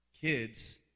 kids